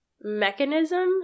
mechanism